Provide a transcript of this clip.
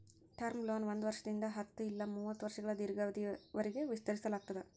term loan ಒಂದ್ ವರ್ಷದಿಂದ ಹತ್ತ ಇಲ್ಲಾ ಮೂವತ್ತ ವರ್ಷಗಳ ದೇರ್ಘಾವಧಿಯವರಿಗಿ ವಿಸ್ತರಿಸಲಾಗ್ತದ